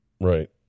Right